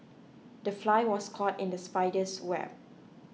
the fly was caught in the spider's web